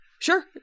Sure